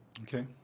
Okay